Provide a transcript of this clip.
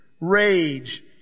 rage